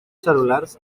cel·lulars